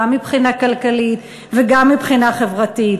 גם מבחינה כלכלית וגם מבחינה חברתית.